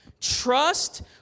Trust